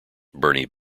bernie